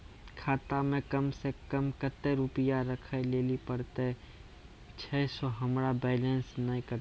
खाता मे कम सें कम कत्ते रुपैया राखै लेली परतै, छै सें हमरो बैलेंस नैन कतो?